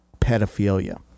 pedophilia